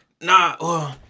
Nah